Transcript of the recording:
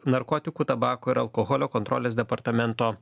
narkotikų tabako ir alkoholio kontrolės departamento